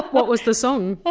what was the song?